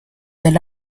del